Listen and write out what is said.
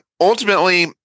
ultimately